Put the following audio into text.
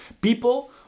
people